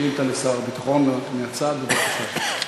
שאילתה לשר הביטחון, מהצד, בבקשה.